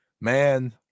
man